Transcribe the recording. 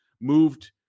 moved